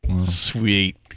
Sweet